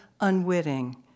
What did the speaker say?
unwitting